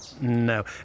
No